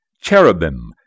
cherubim